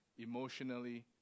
emotionally